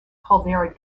caldera